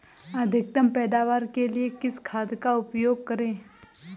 अधिकतम पैदावार के लिए किस खाद का उपयोग करें?